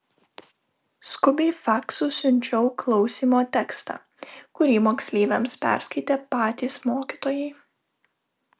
skubiai faksu siunčiau klausymo tekstą kurį moksleiviams perskaitė patys mokytojai